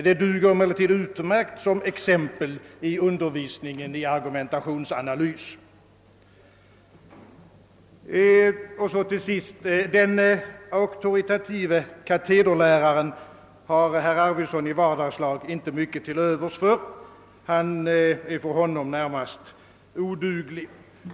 Det duger emellertid utmärkt som ett varnande exempel i undervisningen i argumentationsanalys. Herr Arvidson har i vardagslag inte mycket till övers för den auktoritative katederläraren. En sådan lärare skulle närmast vara oduglig.